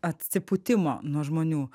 atsipūtimo nuo žmonių